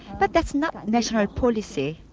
but that's not national policy.